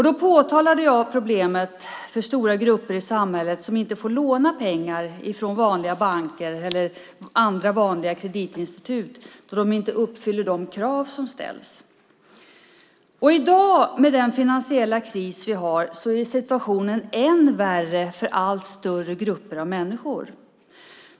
Då påtalade jag problemet för stora grupper i samhället som inte får låna pengar från vanliga banker eller andra vanliga kreditinstitut då de inte uppfyller de krav som ställs. I dag, med den finansiella kris vi har, är situationen än värre för allt större grupper av människor.